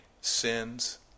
sins